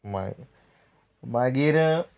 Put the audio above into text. मागीर